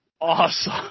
awesome